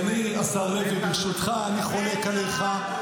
אז אני, השר, רגע ברשותך, אני חולק עליך.